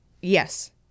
Yes